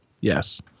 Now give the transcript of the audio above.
Yes